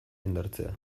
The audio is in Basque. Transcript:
indartzea